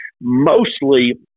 mostly